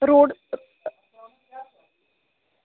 road